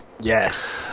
Yes